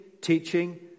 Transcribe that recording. teaching